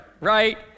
right